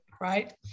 right